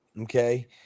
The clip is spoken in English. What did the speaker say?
okay